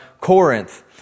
Corinth